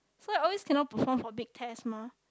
so always cannot perform for big test mah